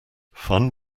fun